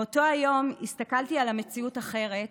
מאותו היום הסתכלתי על המציאות אחרת,